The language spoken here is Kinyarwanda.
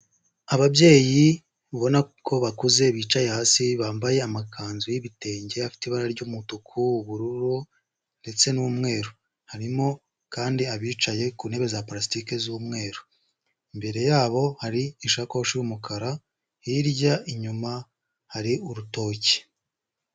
Ababyeyi babona ko bakuze bicaye hasi bambaye amakanzu y'ibitenge afite ibara ry'umutuku w'ubururu ndetse n'umweru harimo kandi abicaye ku ntebe za parasitiki z'umweru imbere yabo hari isakoshi y'umukara hirya inyuma hari urutoki.